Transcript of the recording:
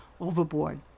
overboard